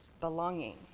belonging